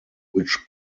which